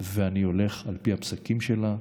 ואני הולך על פי הפסקים שלה,